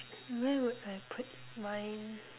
where would I put mine